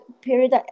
period